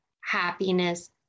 happiness